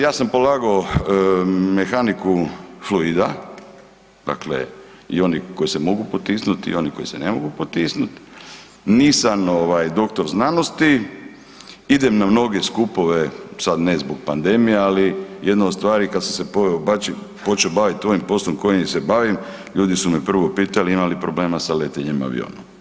Ja sam polagao mehaniku fluida, dakle i oni koji se mogu potisnuti i oni koji se ne mogu potisnuti, nisam ovaj doktor znanosti, idem na mnoge skupove sad ne zbog pandemije, ali jedna od stvari kad sam se počeo bavit ovim poslom kojim se bavim ljudi su me prvo pitali ima li problema sa letenjem aviona.